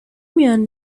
میان